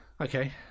okay